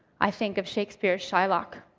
i think of shakespeare's shylock